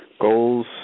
goals